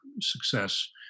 success